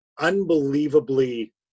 unbelievably